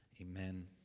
Amen